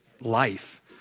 life